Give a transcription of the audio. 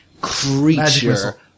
creature